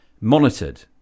monitored